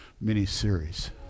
mini-series